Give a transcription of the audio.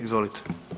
Izvolite.